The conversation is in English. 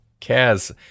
Kaz